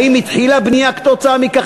האם התחילה בנייה כתוצאה מכך,